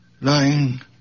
lying